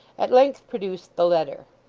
at length produced the letter.